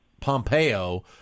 Pompeo